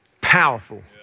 powerful